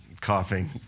coughing